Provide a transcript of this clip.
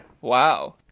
Wow